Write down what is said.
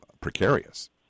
precarious